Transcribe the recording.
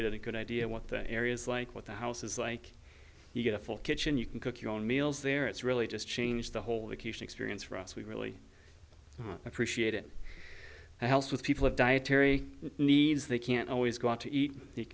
get a good idea what the areas like what the house is like you get a full kitchen you can cook your own meals there it's really just changed the whole experience for us we really appreciate it helps with people of dietary needs they can't always go out to eat you